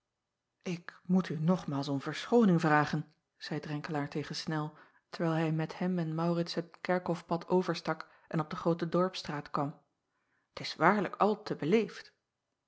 k moet u nogmaals om verschooning vragen zeî renkelaer tegen nel terwijl hij met hem en aurits het kerkhof pad overstak en op de groote dorpsstraat kwam t is waarlijk al te beleefd